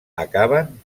acaben